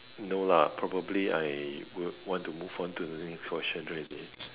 no lah probably I would want to move on to the next question already